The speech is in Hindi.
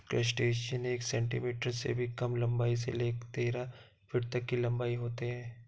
क्रस्टेशियन एक सेंटीमीटर से भी कम लंबाई से लेकर तेरह फीट तक की लंबाई के होते हैं